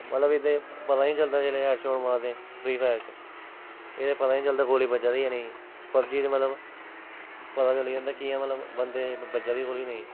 मतलब एह्दे पता नी चलदा जेह्ड़े हैड शाट मारदे फ्री फायर च एह्दे च पता नी चलदा गोली बज्जै दी ऐ जां नेईं पबजी च मतलब पता चली जंदा कियां मतलब बंदे गी बज्जै दी गोली जां नेईं